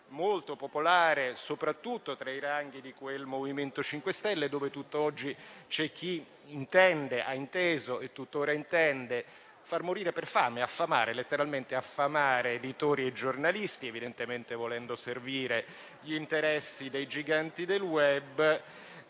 molto popolare soprattutto tra i ranghi di quel MoVimento 5 Stelle dove tutt'oggi c'è chi ha inteso e tuttora intende far morire per fame, affamare letteralmente editori e giornalisti, evidentemente volendo servire gli interessi dei giganti del *web.*